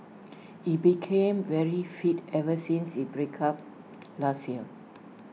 he became very fit ever since he breakup last year